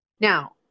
Now